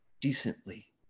decently